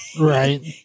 right